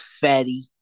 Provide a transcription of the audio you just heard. fatty